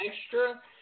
extra